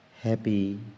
happy